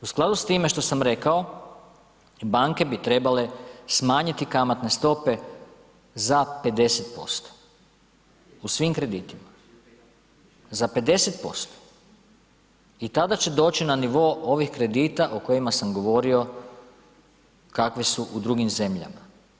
U skladu s time što sam rekao banke bi trebale smanjiti kamatne stope za 50% u svim kreditima, za 50% i tada će doći na nivo ovih kredita o kojima sam govorio kakvi su u drugim zemljama.